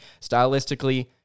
Stylistically